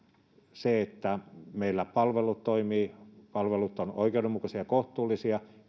se että meillä palvelut toimivat palvelut ovat oikeudenmukaisia ja kohtuullisia